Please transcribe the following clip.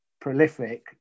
prolific